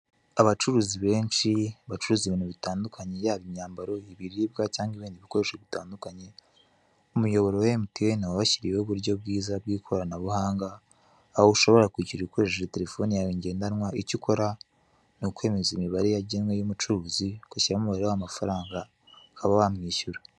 Abacuruzi benshi bacuruza ibintu bitandukanye yaba imyambaro, ibiribwa cyangwa ibindi bikoresho bitandukanye umuyoboro wa MTN wabashiriyeho uburyo bwiza bw'ikoranabuhanga aho ushobora kwishyura ukoresheje telefone yawe ngendanwa icyo ukora ni ukwemeza imibare yagenwe y'umucuruzi ugashiramo umubare w'amafaranga ukaba wamwishyura.